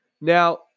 Now